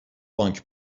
بانک